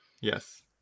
Yes